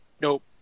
Nope